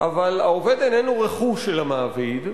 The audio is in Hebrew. אבל העובד איננו רכוש של המעביד,